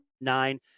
nine